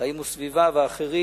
"חיים וסביבה" ואחרים,